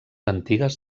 antigues